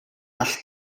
all